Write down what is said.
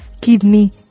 kidney